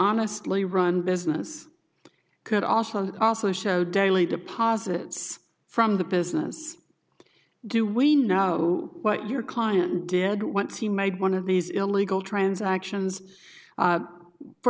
honestly run business could also also show daily deposits from the business do we know what your client did once he made one of these illegal transactions